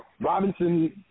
Robinson